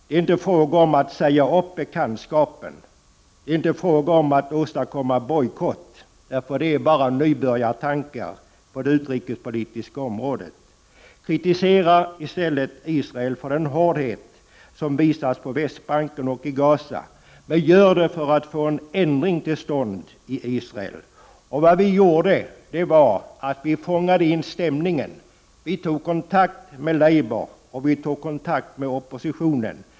Det är inte fråga om att säga upp bekantskapen eller att åstadkomma bojkott — det är enbart nybörjartankar på det yrkespolitiska området. I stället skall man kritisera Israel för den hårdhet som Israel visar på Västbanken och Gaza, men man skall göra det för att få en ändring till stånd i Israel. På vår resa fångade vi in stämningen. Vi tog kontakt med Labour och oppositionen.